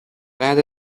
بعد